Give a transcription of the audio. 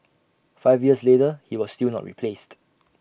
five years later he was still not replaced